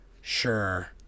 sure